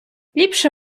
ліпше